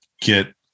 get